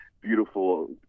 beautiful